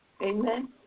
Amen